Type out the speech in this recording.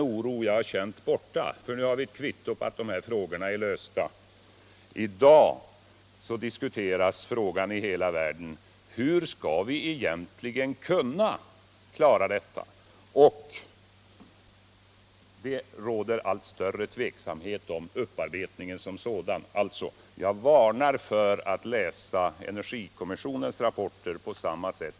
Olof Palme sade i en debatt med mig att